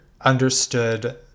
understood